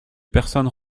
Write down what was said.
personnes